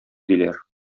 диләр